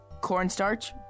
cornstarch